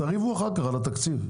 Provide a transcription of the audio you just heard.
תריבו אחר כך על התקציב.